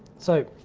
so,